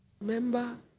Remember